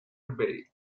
bay